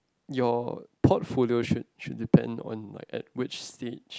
your portfolio should should depend on like at which stage